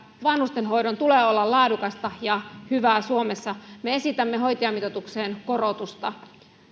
vanhustenhoidon tulee olla laadukasta ja hyvää suomessa me esitämme hoitajamitoitukseen korotusta